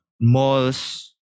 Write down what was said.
malls